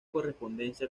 correspondencia